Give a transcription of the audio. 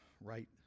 right